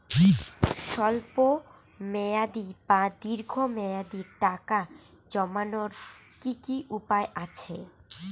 স্বল্প মেয়াদি বা দীর্ঘ মেয়াদি টাকা জমানোর কি কি উপায় আছে?